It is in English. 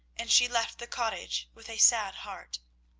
and she left the cottage with a sad heart.